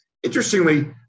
Interestingly